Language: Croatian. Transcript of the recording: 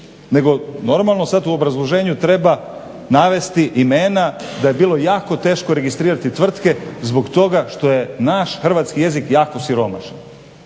nego normalno sad u obrazloženju treba navesti imena da je bilo jako teško registrirati tvrtke zbog toga što je naš hrvatski jezik jako siromašan.